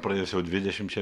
praėjus jau dvidešimčiai